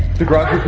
the garage